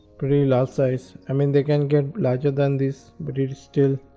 pretty large size i mean they can get larger than this but it still.